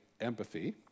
empathy